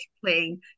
playing